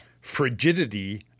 frigidity